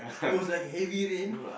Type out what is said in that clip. it was like heavy rain